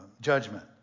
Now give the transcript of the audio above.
judgment